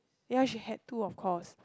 ya she had to of course